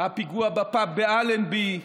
הפיגוע בפאב באלנבי,